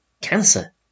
cancer